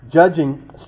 judging